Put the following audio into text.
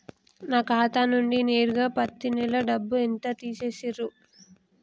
నా ఖాతా నుండి నేరుగా పత్తి నెల డబ్బు ఎంత తీసేశిర్రు?